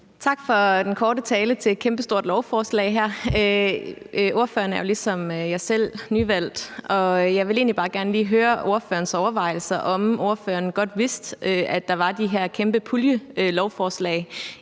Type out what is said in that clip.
Tak for den korte tale til et kæmpestort lovforslag her. Ordføreren er jo ligesom jeg selv nyvalgt, og jeg vil egentlig bare gerne lige høre ordførerens overvejelser over, om ordføreren godt vidste, at der var de her kæmpe puljelovforslag